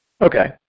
Okay